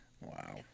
Wow